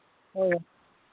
ᱦᱳᱭ